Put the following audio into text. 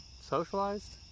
socialized